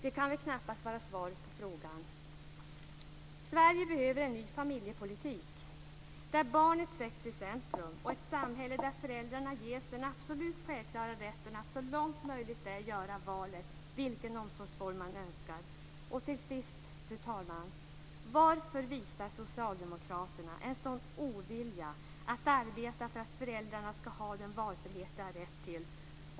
Det kan väl knappast vara svaret på frågan. Sverige behöver en ny familjepolitik där barnet sätts i centrum och ett samhälle där föräldrarna ges den absolut självklara rätten att så långt möjligt välja vilken omsorgsform de önskar. Fru talman! Varför visar socialdemokraterna en sådan ovilja att arbeta för att föräldrarna skall ha den valfrihet de har rätt till?